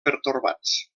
pertorbats